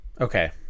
okay